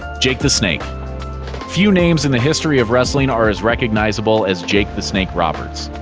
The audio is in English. jake the snake few names in the history of wrestling are as recognizable as jake the snake roberts.